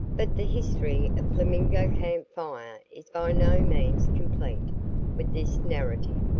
but the history of flamingo camp fire is by no means complete with this narrative.